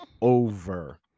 over